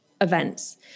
events